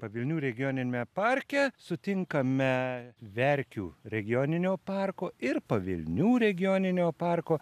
pavilnių regioniniame parke sutinkame verkių regioninio parko ir pavilnių regioninio parko